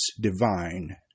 divine